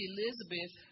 Elizabeth